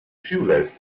shoelace